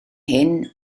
hyn